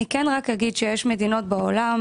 אני כן רק אגיד שיש מדינות בעולם,